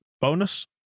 bonus